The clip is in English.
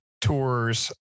tours